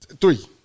Three